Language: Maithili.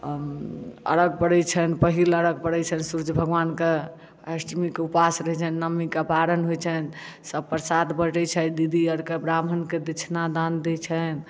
अरघ परै छनि पहिल अरघ परै छनि सूर्य भगवान के अष्टमी के ऊपास रहै छनि नवमी के पारन होइ छनि सब प्रसाद बटै छै दीदीआर के ब्राम्हण के दक्षिणा दान दै छनि